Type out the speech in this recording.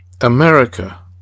America